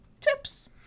tips